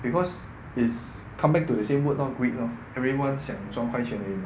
because is come back to the same word lor greed lor everyone 想赚快钱而已嘛